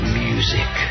music